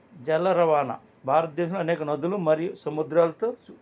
జల రవాణా భారత దేశంలో అనేక నదులు మరియు సముద్రాలతో